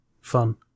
fun